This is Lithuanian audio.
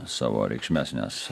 savo reikšmes nes